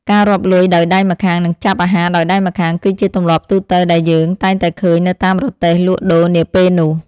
ការរាប់លុយដោយដៃម្ខាងនិងចាប់អាហារដោយដៃម្ខាង គឺជាទម្លាប់ទូទៅដែលយើងតែងតែឃើញនៅតាមរទេះលក់ដូរនាពេលនោះ។